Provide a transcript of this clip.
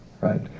right